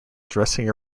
dressing